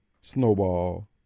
snowball